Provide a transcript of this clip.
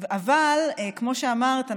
אבל כמו שאמרת,